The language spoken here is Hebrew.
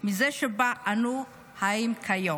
מזו שבה אנו חיים כיום.